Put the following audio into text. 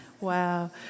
Wow